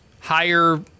higher